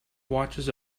watches